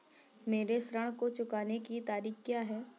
मेरे ऋण को चुकाने की तारीख़ क्या है?